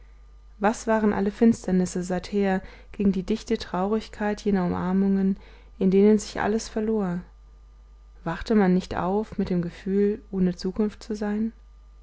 was waren alle finsternisse seither gegen die dichte traurigkeit jener umarmungen in denen sich alles verlor wachte man nicht auf mit dem gefühl ohne zukunft zu sein